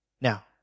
Now